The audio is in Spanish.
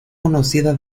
conocida